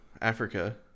Africa